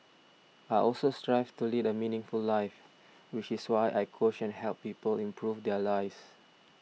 I also strive to lead a meaningful life which is why I coach and help people improve their lives